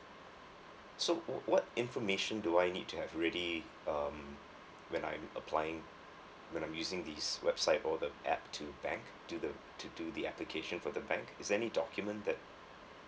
so what information do I need to have ready um when I'm applying when I'm using this website or the app to bank do the to do the application for the bank is there any document that